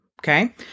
okay